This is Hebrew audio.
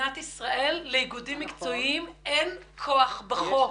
במדינת ישראל לאיגודים מקצועיים אין כוח בחוק,